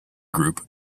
group